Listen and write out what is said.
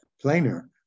plainer